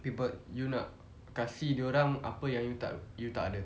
people you nak kasih dia orang apa yang you tak you tak ada